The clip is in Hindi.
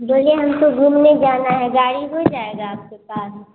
भैया हमको घूमने जाना है गाड़ी हो जाएगा आपके पास